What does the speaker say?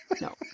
no